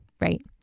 right